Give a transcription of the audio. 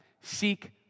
Seek